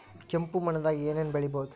ಕೆಂಪು ಮಣ್ಣದಾಗ ಏನ್ ಏನ್ ಬೆಳಿಬೊದು?